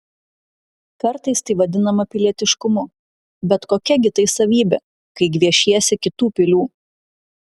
kartais tai vadinama pilietiškumu bet kokia gi tai savybė kai gviešiesi kitų pilių